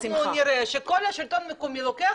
אם אנחנו נראה שכל השלטון המקומי לוקח